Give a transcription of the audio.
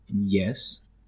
Yes